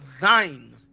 thine